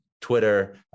Twitter